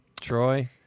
Troy